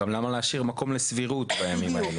גם למה להשאיר מקום לסבירות בימים האלו.